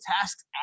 tasks